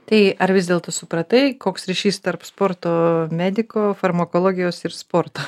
tai ar vis dėlto supratai koks ryšys tarp sporto mediko farmakologijos ir sporto